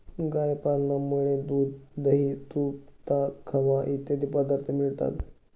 गाय पालनामुळे दूध, दही, तूप, ताक, खवा इत्यादी पदार्थ मिळतात